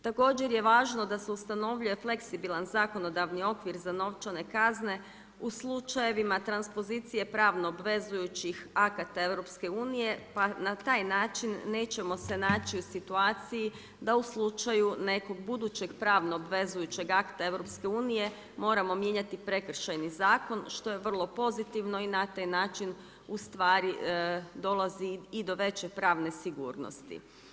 Također je važno da se ustanovi fleksibilan zakonodavni okvir za novčane kazne, u slučajevima transpozicije pravno obvezujućih akata EU, pa na taj način nećemo se naći u situaciji da u slučaju nekog budućeg pravno obvezujućeg akata EU, moramo mijenjati prekršajni zakon, što je vrlo pozitivno i na taj način, ustvari dolazi i do veće pravne sigurnosti.